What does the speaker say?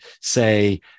say